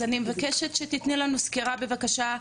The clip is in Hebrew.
אז אני מקשת שתתני לנו סקירה בבקשה,